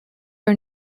are